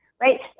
right